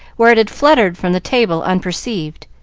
where it had fluttered from the table unperceived.